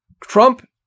Trump